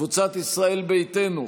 קבוצת סיעת ישראל ביתנו,